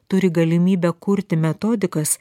turi galimybę kurti metodikas